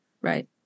right